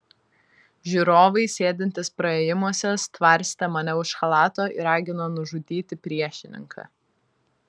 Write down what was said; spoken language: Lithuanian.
žiūrovai sėdintys praėjimuose stvarstė mane už chalato ir ragino nužudyti priešininką